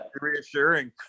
reassuring